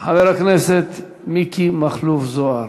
חבר הכנסת מכלוף מיקי זוהר.